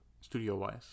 studio-wise